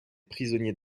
prisonniers